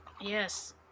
Yes